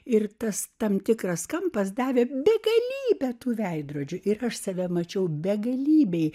ir tas tam tikras kampas davė begalybę tų veidrodžių ir aš save mačiau begalybėje